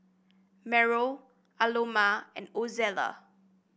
Mariel Aloma and Ozella